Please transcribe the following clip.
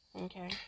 Okay